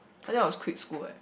I think I was quit school eh